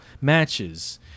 matches